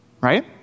right